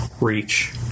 reach